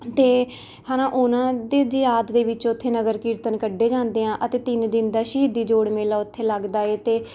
ਅਤੇ ਹੈ ਨਾ ਉਨ੍ਹਾਂ ਦੀ ਯਾਦ ਦੇ ਵਿੱਚ ਉੱਥੇ ਨਗਰ ਕੀਰਤਨ ਕੱਢੇ ਜਾਂਦੇ ਆ ਅਤੇ ਤਿੰਨ ਦਿਨ ਦਾ ਸ਼ਹੀਦੀ ਜੋੜ ਮੇਲਾ ਉੱਥੇ ਲੱਗਦਾ ਏ ਅਤੇ